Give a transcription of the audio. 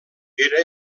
era